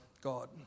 God